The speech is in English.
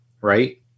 Right